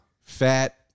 Fat